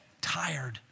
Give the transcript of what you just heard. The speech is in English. tired